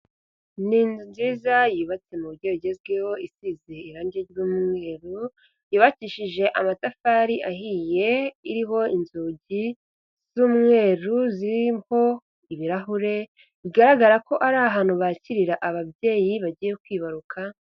Ni inzu nziza, yubatse mu buryo bugezweho, isize irangi ry'umweru, yubakishije amatafari ahiye, iriho inzugi z'umweru ziriho ibirahure, bigaragara ko ari ahantu bakirira ababyeyi bagiye kwibaruka.